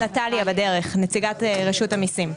נטליה, נציגת רשות המסים.